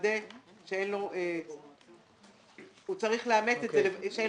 והוא צריך לאמת את זה כדי לראות שאין